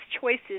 choices